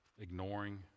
Ignoring